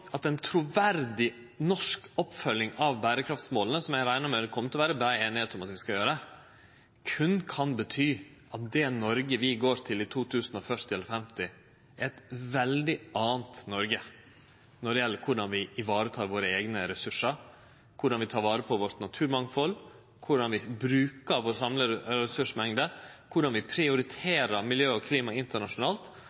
at ei truverdig norsk oppfølging av berekraftmåla, som eg reknar med det kjem til å vere brei einigheit om, berre kan bety at det Noreg vi går mot i 2040 eller 2050 er eit heilt anna Noreg enn det vi har i dag når det gjeld korleis vi tek vare på våre eigne ressursar, korleis vi tek vare på naturmangfaldet vårt, korleis vi brukar den samla ressursmengda vår, korleis